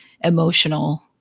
emotional